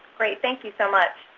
great. thank you so much.